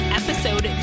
episode